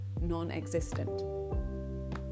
non-existent